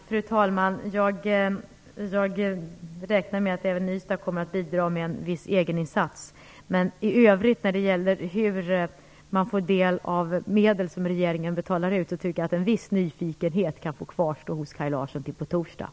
Fru talman! Jag räknar med att propositionen kommer att åtminstone lämna regeringskansliet före årsskiftet. Det betyder att den skall kunna behandlas under nästa termin i riksdagen.